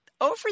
over